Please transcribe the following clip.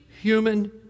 human